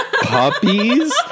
Puppies